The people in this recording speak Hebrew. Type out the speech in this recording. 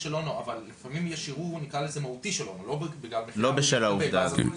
לפעמים יש ערעור מהותי --- לא בשל העובדה הזאת.